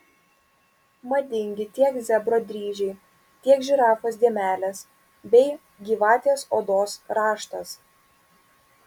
madingi tiek zebro dryžiai tiek žirafos dėmelės bei gyvatės odos raštas